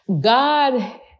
God